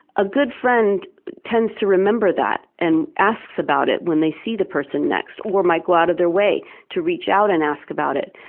a good friend tends to remember that and asks about it when they see the person next, or might go out of their way to reach out and ask about it.